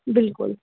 بِلکُل